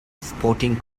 sporting